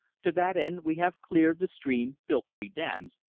to that end we have cleared the stream, built three dams,